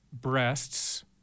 breasts